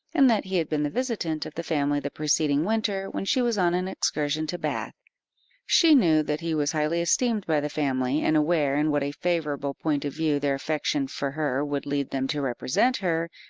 and that he had been the visitant of the family the preceding winter, when she was on an excursion to bath she knew that he was highly esteemed by the family, and, aware in what a favourable point of view their affection for her would lead them to represent her,